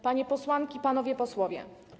Panie Posłanki i Panowie Posłowie!